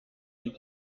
die